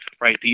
right